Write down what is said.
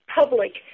public